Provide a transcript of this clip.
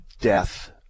death